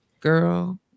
girl